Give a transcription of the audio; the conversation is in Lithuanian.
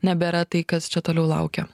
nebėra tai kas čia toliau laukia